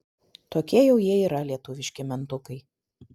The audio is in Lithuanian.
tokie jau jie yra lietuviški mentukai